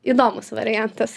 įdomus variantas